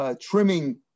trimming